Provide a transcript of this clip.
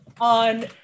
on